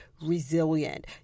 resilient